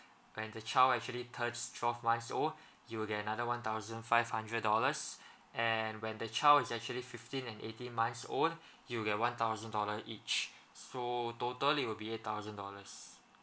when the child actually turns twelve months old you will get another one thousand five hundred dollars and when the child is actually fifteen and eighteen months old you'll get one thousand dollar each so total it will be eight thousand dollars